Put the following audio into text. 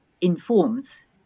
informs